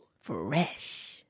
Fresh